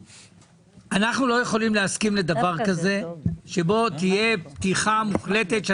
אנחנו לא יכולים להסכים דבר כזה שבו תהיה פתיחה מוחלטת כאשר